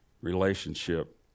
relationship